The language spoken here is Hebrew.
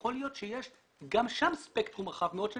יכול להיות שיש גם שם ספקטרום רחב מאוד של